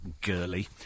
girly